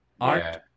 Art